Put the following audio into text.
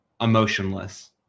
emotionless